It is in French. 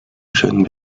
jeunes